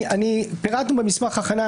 פירטנו במסמך ההכנה.